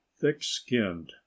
thick-skinned